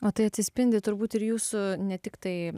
o tai atsispindi turbūt ir jūsų ne tiktai